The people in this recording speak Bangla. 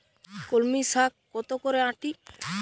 কলমি শাখ কত করে আঁটি?